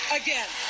again